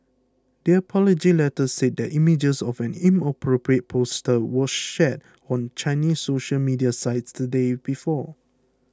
the apology letter said that images of an inappropriate poster were shared on Chinese social media sites the day before